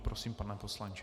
Prosím, pane poslanče.